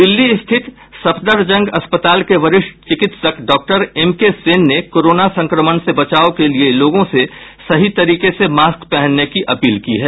दिल्ली स्थित सफदरजंग अस्पताल के वरिष्ठ चिकित्सक डॉक्टर एम के सेन ने कोरोना संक्रमण से बचाव के लिये लोगों से सही तरीके से मास्क पहनने की अपील की है